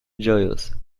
joyous